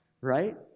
right